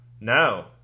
No